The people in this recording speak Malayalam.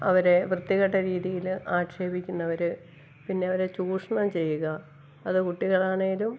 അവരെ വൃത്തികെട്ടരീതിയിൽ ആക്ഷേപിക്കുന്നവർ പിന്നവരെ ചൂഷ്ണം ചെയ്യുക അത് കുട്ടികളാണെങ്കിലും